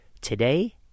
today